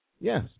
yes